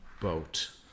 boat